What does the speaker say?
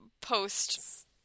post